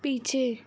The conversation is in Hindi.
पीछे